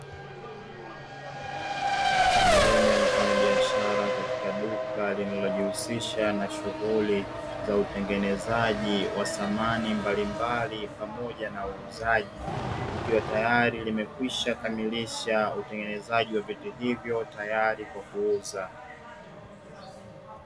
Mwanaume mfanyabiashara katika duka linalojihusisha na shughuli za utengenezaji wa samani mbalimbali pamoja na uuzaji, ikiwa tayari limekwisha kamilisha utengenezaji wa vitu hivyo tayari kwa kwa kuuza.